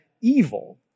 evil